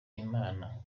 imana